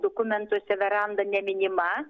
dokumentuose veranda neminima